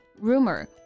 Rumor